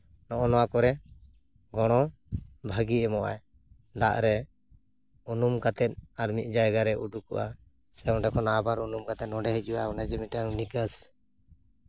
ᱱᱚᱜᱼᱚᱱᱟ ᱠᱚᱨᱮᱫ ᱜᱚᱲᱚ ᱵᱷᱟᱹᱜᱤ ᱮᱢᱚᱜᱼᱟᱭ ᱫᱟᱜ ᱨᱮ ᱩᱱᱩᱢ ᱠᱟᱛᱮᱫ ᱟᱨ ᱢᱤᱫ ᱡᱟᱭᱜᱟᱨᱮ ᱩᱰᱩᱠᱚᱜᱼᱟ ᱥᱮ ᱚᱸᱰᱮ ᱠᱷᱚᱱᱟᱜ ᱟᱵᱟᱨ ᱩᱱᱩᱢ ᱠᱟᱛᱮᱫ ᱱᱚᱸᱰᱮ ᱦᱤᱡᱩᱜ ᱟᱭ ᱚᱱᱮ ᱡᱮ ᱢᱤᱫᱴᱟᱱ ᱱᱤᱠᱟᱹᱥ